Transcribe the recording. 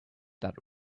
that